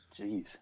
Jeez